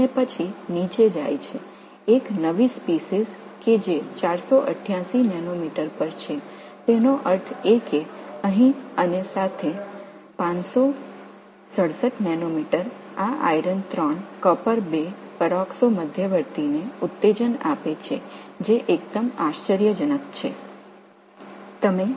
நீங்கள் பார்க்கும் போது இது அதிகரித்து 488 நானோமீட்டரில் ஒரு புதிய இனத்தை உருவாக்குகிறது அதாவது இங்கே மற்றும் 567 நானோமீட்டர் ஒட்டுமொத்தமாக இந்த இரும்பு காப்பர் பெராக்ஸோ இடைநிலை ஆகியவற்றிற்கு வழிவகுக்கிறது இது மிகவும் ஆச்சரியமான ஓன்று